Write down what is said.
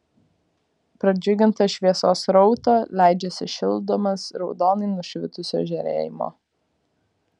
pradžiugintas šviesos srauto leidžiasi šildomas raudonai nušvitusio žėrėjimo